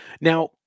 Now